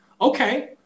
Okay